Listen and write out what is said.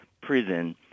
prison